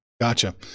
Gotcha